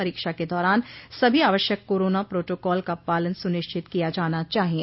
परीक्षा के दौरान सभी आवश्यक कोरोना प्रोटोकाल का पालन सुनिश्चित किया जाना चाहिये